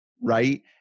right